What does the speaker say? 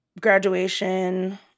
graduation